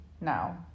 now